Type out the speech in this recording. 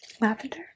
lavender